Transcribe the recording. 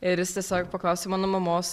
ir jis tiesiog paklausė mano mamos